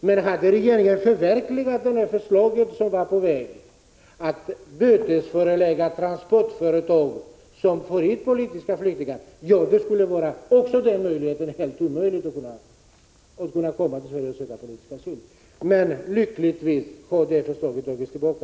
Men hade regeringen förverkligat det förslag som var på väg, nämligen att införa bötesföreläggande för transportföretag som för hit politiska flyktingar, skulle möjligheten att komma till Sverige och söka politisk asyl vara helt obefintlig. Lyckligtvis har det förslaget dragits tillbaka.